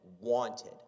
wanted